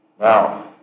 now